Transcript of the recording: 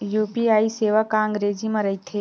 UPI सेवा का अंग्रेजी मा रहीथे?